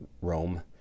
Rome